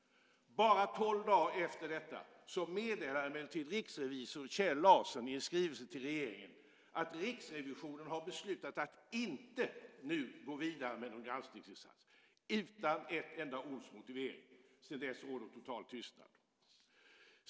Bara tolv dagar efter detta meddelar emellertid riksrevisor Kjell Larsson i en skrivelse till regeringen, utan ett enda ords motivering, att Riksrevisionen har beslutat att inte nu gå vidare med någon granskningsinsats. Sedan dess råder total tystnad.